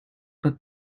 but